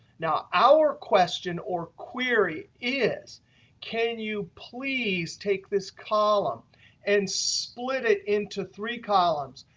now, our question or query is can you please take this column and split it into three columns.